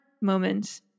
moments